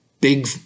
big